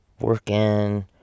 working